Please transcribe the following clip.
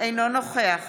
אינו נוכח